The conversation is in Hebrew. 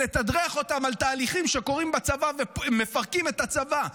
לתדרך אותם על תהליכים שקורים בצבא ומפרקים את הצבא.